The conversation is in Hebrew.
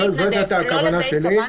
זו הייתה גם הכוונה שלי.